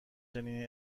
چنین